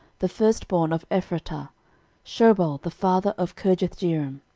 the firstborn of ephratah shobal the father of kirjathjearim.